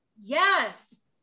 yes